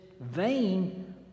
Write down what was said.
vain